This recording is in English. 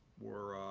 were